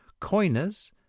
coiners